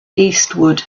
eastward